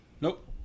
nope